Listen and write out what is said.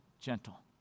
gentle